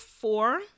four